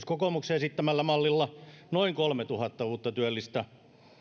kokoomuksen esittämällä mallilla noin kolmetuhatta uutta työllistä